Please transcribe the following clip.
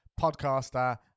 podcaster